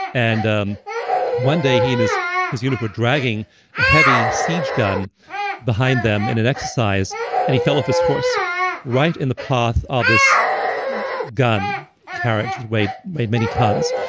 and um one day he and his his unit were dragging heavy siege gun behind them in an exercise and he fell off his horse right in the path of this gun carriage that weighed weighed many tons.